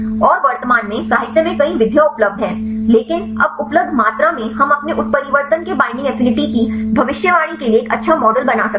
और वर्तमान में साहित्य में कई विधियाँ उपलब्ध हैं लेकिन अब उपलब्ध मात्रा में हम अपने उत्परिवर्तन के बईंडिंग एफिनिटी की भविष्यवाणी के लिए एक अच्छा मॉडल बना सकते हैं